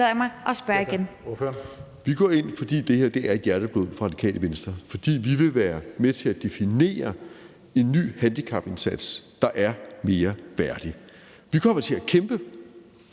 Vi går ind, fordi det her er hjerteblod for Radikale Venstre, og fordi vi vil være med til at definere en ny handicapindsats, der er mere værdig. Vi kommer til at kæmpe